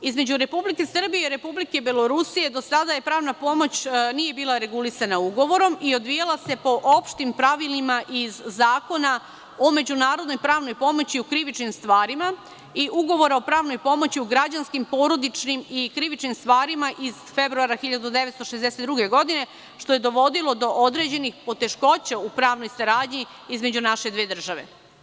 Između Republike Srbije i Republike Belorusije do sada pravna pomoć nije bila regulisana ugovorom i odvijala se po opštim pravilima iz Zakona o međunarodnoj pravnoj pomoći u krivičnim stvarima i Ugovora o pravnoj pomoći u građanskim, porodičnim i krivičnim stvarima iz februara 1962. godine, što je dovodilo do određenih poteškoća u pravnoj saradnji između naše dve države.